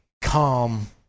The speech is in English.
calm